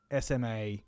SMA